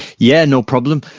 yeah, no problem.